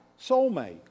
Soulmate